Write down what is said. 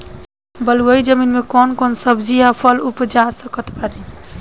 बलुई जमीन मे कौन कौन सब्जी या फल उपजा सकत बानी?